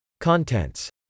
Contents